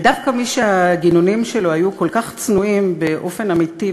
ודווקא מי שהגינונים שלו היו כל כך צנועים באופן אמיתי,